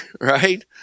right